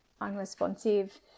unresponsive